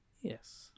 yes